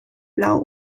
blau